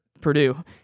Purdue